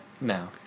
No